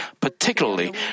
Particularly